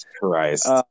Christ